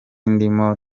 ndimo